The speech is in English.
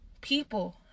people